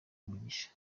umugisha